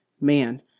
man